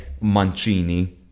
Mancini